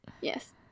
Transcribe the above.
yes